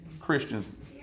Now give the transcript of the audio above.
Christians